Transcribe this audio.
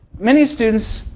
many students